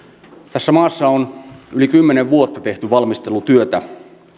tässä maassa on yli kymmenen vuotta tehty valmistelutyötä